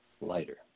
lighter